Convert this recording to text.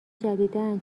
جدیدا